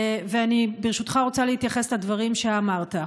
ואני, ברשותך, רוצה להתייחס לדברים שאמרת.